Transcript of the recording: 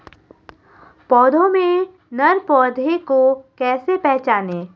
पौधों में नर पौधे को कैसे पहचानें?